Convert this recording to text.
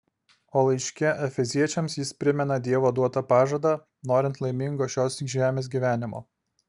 o laiške efeziečiams jis primena dievo duotą pažadą norint laimingo šios žemės gyvenimo